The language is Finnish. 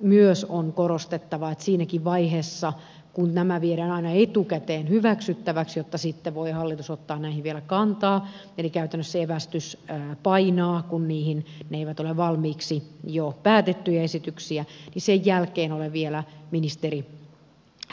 myös on korostettava että kun nämä viedään aina etukäteen hyväksyttäviksi jotta sitten hallitus voi ottaa näihin vielä kantaa käytännössä siinäkin vaiheessa se evästys painaa kun ne eivät ole valmiiksi jo päätettyjä esityksiä niin sen jälkeen olen vielä ministeri